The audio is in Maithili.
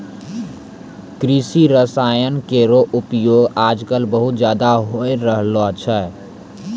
कृषि रसायन केरो उपयोग आजकल बहुत ज़्यादा होय रहलो छै